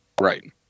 Right